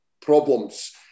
problems